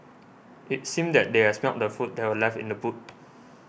it seemed that they had smelt the food that were left in the boot